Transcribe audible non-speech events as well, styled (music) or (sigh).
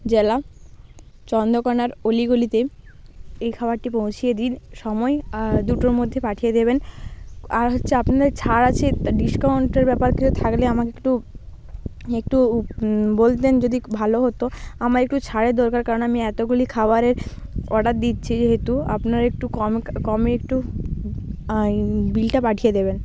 জেলা চন্দ্রকণার অলিগলিতে এই খাবারটি পৌঁছিয়ে দিন সময় আর দুটোর মধ্যে পাঠিয়ে দেবেন আর হচ্ছে আপনাদের ছাড় আছে ডিসকাউন্টের ব্যাপার কিছু থাকলে আমাকে একটু (unintelligible) একটু বলতেন যদি ভালো হতো আমার একটু ছাড়ের দরকার কারণ আমি এতগুলি খাবারের অর্ডার দিচ্ছি যেহেতু আপনারা একটু কম কমে একটু বিলটা পাঠিয়ে দেবেন